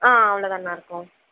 அவ்ளதானா இருக்கும்